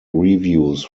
reviews